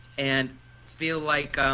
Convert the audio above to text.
and feel like,